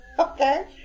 Okay